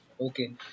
Okay